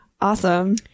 Awesome